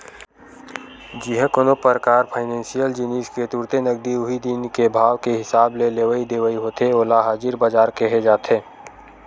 जिहाँ कोनो परकार फाइनेसियल जिनिस के तुरते नगदी उही दिन के भाव के हिसाब ले लेवई देवई होथे ओला हाजिर बजार केहे जाथे